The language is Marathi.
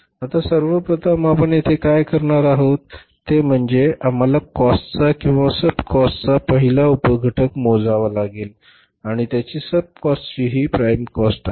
आता सर्व प्रथम आपण येथे काय करणार आहोत ते म्हणजे आम्हाला काॅस्टचा किंवा सब काॅस्टचा पहिला उप घटक मोजावा लागेल आणि त्यांची सब काॅस्टचा ही प्राईम काॅस्ट आहे